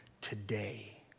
today